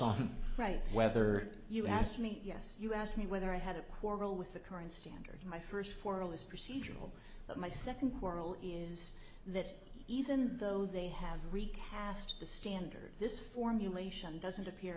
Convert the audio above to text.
on right whether you asked me yes you asked me whether i had a quarrel with the current standard my first quarrel is procedural but my second world is that even though they have recast the standard this formulation doesn't appear